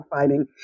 fighting